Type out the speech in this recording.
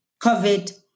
COVID